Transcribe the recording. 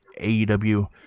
AEW